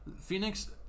Phoenix